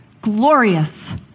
glorious